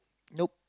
nope